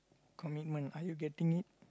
commitment are you getting